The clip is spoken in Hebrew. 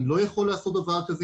אני לא יכול לעשות את הדבר הזה,